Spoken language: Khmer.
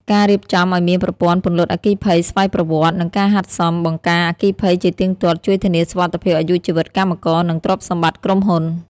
ការរៀបចំឱ្យមានប្រព័ន្ធពន្លត់អគ្គិភ័យស្វ័យប្រវត្តិ និងការហាត់សមបង្ការអគ្គិភ័យជាទៀងទាត់ ជួយធានាសុវត្ថិភាពអាយុជីវិតកម្មករ និងទ្រព្យសម្បត្តិក្រុមហ៊ុន។